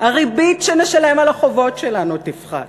הריבית שנשלם על החובות שלנו תפחת.